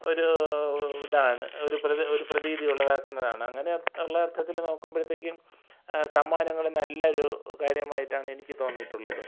ഒരു ഇതാണ് ഒരു ഒരു പ്രതീതിയുളവാക്കുന്നതാണ് അങ്ങനെയുള്ള അർത്ഥത്തിൽ നോക്കുമ്പോഴത്തേക്കും സമ്മാനങ്ങൾ നല്ല ഒരു കാര്യമായിട്ടാണ് എനിക്ക് തോന്നിയിട്ടുള്ളത്